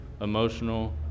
emotional